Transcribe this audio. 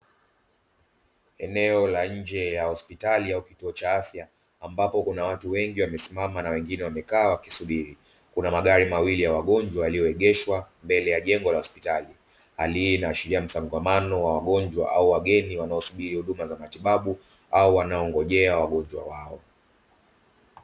Eneo la nje ya hospitali au kituo cha afya ambapo kuna watu wengi wamesimama na wengine wamekaa wakisubiri, kuna magari mawili ya wagonjwa yaliyoegeshwa mbele ya jengo la hospitali. Hali hii inaashiria msongamano wa wagonjwa au wageni wanaosubiri huduma za matibabu au wanaongojea wagonjwa wao.